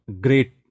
great